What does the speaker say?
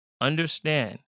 understand